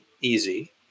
easy